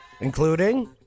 including